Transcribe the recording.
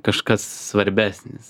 kažkas svarbesnis